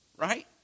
Right